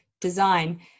design